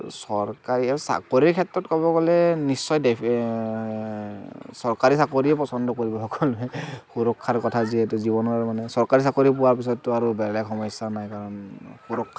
চৰকাৰী আৰু চাকৰিৰ ক্ষেত্ৰত ক'ব গ'লে নিশ্চয় চৰকাৰী চাকৰীয়ে পচণ্ড কৰিব সকলোৱে সুৰক্ষাৰ কথা যিহেতু জীৱনৰ মানে চৰকাৰী চাকৰি পোৱাৰ পিছততো আৰু বেলেগ সমস্য়া নাই কাৰণ